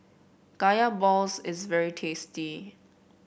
Kaya Balls is very tasty